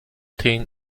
thing